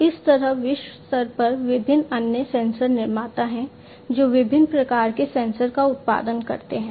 इस तरह विश्व स्तर पर विभिन्न अन्य सेंसर निर्माता हैं जो विभिन्न प्रकार के सेंसर का उत्पादन करते हैं